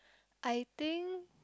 I think